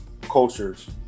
cultures